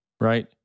right